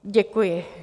Děkuji.